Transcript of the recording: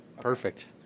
Perfect